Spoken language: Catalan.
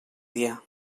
dia